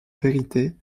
vérité